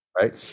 right